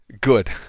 Good